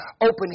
open